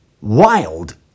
Wild